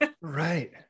Right